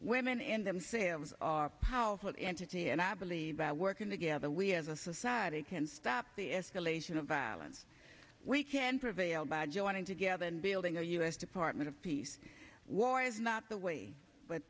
women and them sales are powerful entity and i believe by working together we as a society can stop the escalation of violence we can prevail by joining together and building the u s department of peace was not the way but